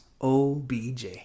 OBJ